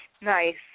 nice